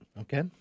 Okay